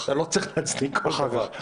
שלא צריך להצדיק כל דבר.